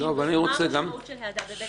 מה המשמעות של העדה בבית משפט?